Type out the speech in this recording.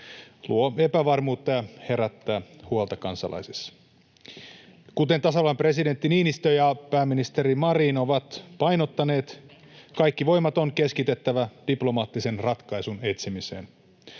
luo epävarmuutta ja herättää huolta kansalaisissa. Kuten tasavallan presidentti Niinistö ja pääministeri Marin ovat painottaneet, kaikki voimat on keskitettävä diplomaattisen ratkaisun etsimiseen.